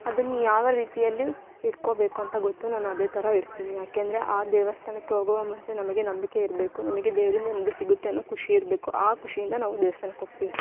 ಅದನ್ನ ಯಾವ ರೀತಿಯಲ್ಲಿ ಇಟ್ಕೋಬೇಕು ಅಂತ ಗೊತ್ತು ನಾನು ಅದೇ ಥರ ಇರ್ತೀನಿ ಯಾಕೆಂದರೆ ಆ ದೇವಸ್ಥಾನಕ್ಕೆ ಹೋಗುವ ಮುಂಚೆ ನಮಗೆ ನಂಬಿಕೆ ಇರಬೇಕು ನಮಗೆ ದೇವರ ಮೇಲೆ ಇದು ಸಿಗುತ್ತೆ ಅನ್ನೋ ಖುಷಿ ಇರಬೇಕು ಆ ಖುಷಿಯಿಂದ ನಾವು ದೇವ್ಸ್ಥಾನಕ್ಕೆ ಹೋಗ್ತೀವಿ